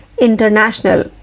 International